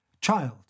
Child